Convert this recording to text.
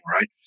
right